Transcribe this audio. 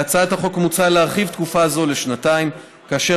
בהצעת החוק מוצע להרחיב תקופה זו לשנתיים כאשר